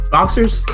Boxers